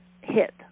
hit